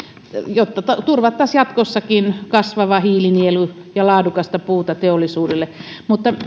jotta turvattaisiin jatkossakin kasvava hiilinielu ja laadukasta puuta teollisuudelle mutta